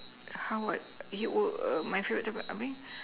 how what you will err my favourite